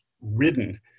ridden